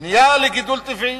בנייה לגידול טבעי,